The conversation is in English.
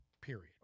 period